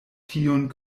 tiun